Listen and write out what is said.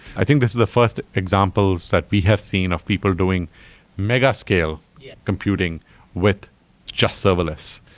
i think this is the first examples that we have seen of people doing mega-scale computing with just serverless.